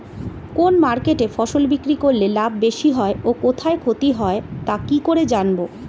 কোন মার্কেটে ফসল বিক্রি করলে লাভ বেশি হয় ও কোথায় ক্ষতি হয় তা কি করে জানবো?